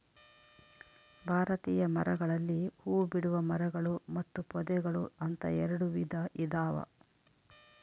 ಭಾರತೀಯ ಮರಗಳಲ್ಲಿ ಹೂಬಿಡುವ ಮರಗಳು ಮತ್ತು ಪೊದೆಗಳು ಅಂತ ಎರೆಡು ವಿಧ ಇದಾವ